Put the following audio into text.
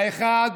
האחד,